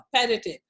competitive